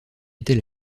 est